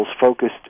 focused